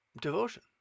devotion